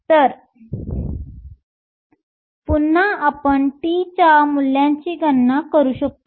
तर पुन्हा एकदा आपण τ च्या मूल्यांची गणना करू शकतो